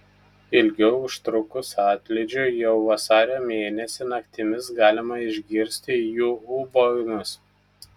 ilgiau užtrukus atlydžiui jau vasario mėnesį naktimis galima išgirsti jų ūbavimus